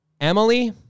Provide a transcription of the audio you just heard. Emily